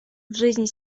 жизни